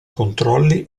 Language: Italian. controlli